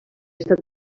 estat